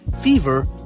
fever